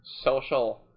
social